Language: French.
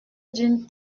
d’une